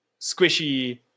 squishy